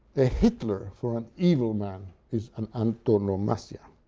ah hitler, for an evil man, is an antonomasia